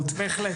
בהחלט.